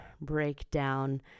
breakdown